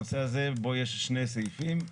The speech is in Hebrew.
הנושא הזה בו יש שני סעיפים,